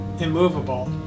immovable